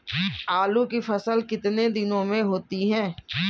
आलू की फसल कितने दिनों में होती है?